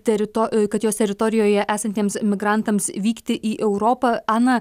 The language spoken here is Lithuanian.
terito kad jos teritorijoje esantiems migrantams vykti į europą ana